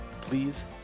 please